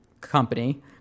company